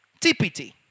TPT